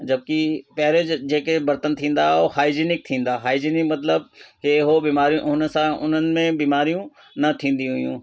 जबकी पहिरीं जेके बर्तन थींदा हो हाइजनिक थींदा हाइजनिक मतिलबु हे हो बीमारियूं हुन सां उन्हनि में बीमारियूं न थींदियूं हुयूं